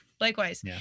likewise